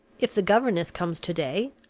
if the governess comes to-day,